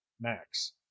Max